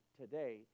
today